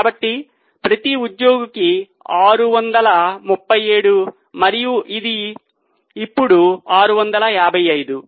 కాబట్టి ప్రతి ఉద్యోగికి 637 మరియు ఇప్పుడు అది 655